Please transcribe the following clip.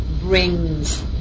brings